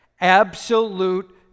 Absolute